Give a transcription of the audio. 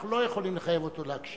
אנחנו לא יכולים לחייב אותו להקשיב.